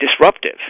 disruptive